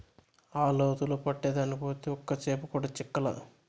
ఆ లోతులో పట్టేదానికి పోతే ఒక్క చేప కూడా చిక్కలా